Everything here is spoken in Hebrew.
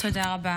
תודה רבה.